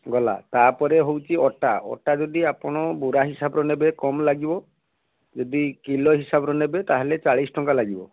ଗଲା ତା'ପରେ ହେଉଛି ଅଟା ଅଟା ଯଦି ଆପଣ ବୁରା ହିସାବର ନେବେ କମ୍ ଲାଗିବ ଯଦି କିଲୋ ହିସାବରେ ନେବେ ତାହେଲେ ଚାଳିଶ ଟଙ୍କା ଲାଗିବ